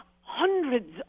hundreds